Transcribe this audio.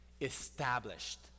established